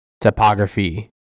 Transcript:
topography